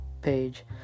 page